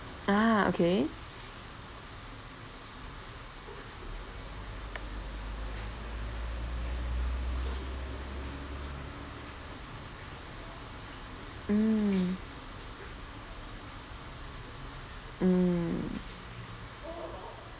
ah okay mm mm